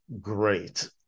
great